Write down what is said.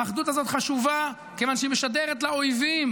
האחדות הזאת חשובה כיוון שהיא משדרת לאויבים